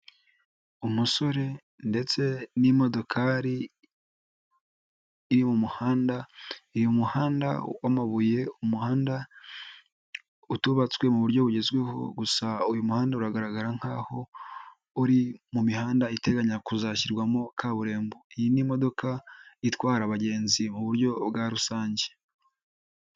Umusore ndetse n'imodokari iri mu muhanda, uyu muhanda w'amabuye, umuhanda utubatswe mu buryo bugezweho, gusa uyu muhanda uragaragara nkaho uri mu mihanda iteganya kuzashyirwamo kaburimbo. Iyi ni imodokadoka itwara abagenzi mu buryo bwa rusange.